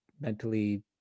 mentally